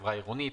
חברה עירונית,